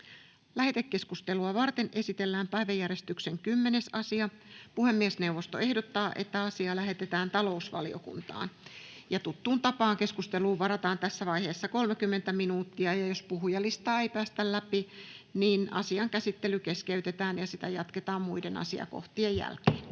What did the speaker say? Lähetekeskustelua varten esitellään päiväjärjestyksen 10. asia. Puhemiesneuvosto ehdottaa, että asia lähetetään talousvaliokuntaan. Tuttuun tapaan keskusteluun varataan tässä vaiheessa 30 minuuttia, ja jos puhujalistaa ei päästä läpi, asian käsittely keskeytetään ja sitä jatketaan muiden asiakohtien jälkeen.